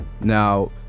Now